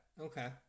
okay